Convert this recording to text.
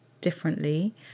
differently